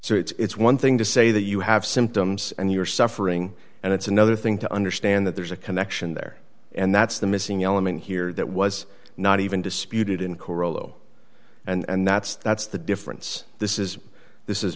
so it's one thing to say that you have symptoms and you're suffering and it's another thing to understand that there's a connection there and that's the missing element here that was not even disputed in coral o and that's that's the difference this is this is